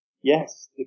Yes